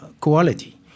quality